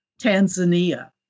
Tanzania